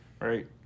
right